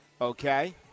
Okay